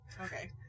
okay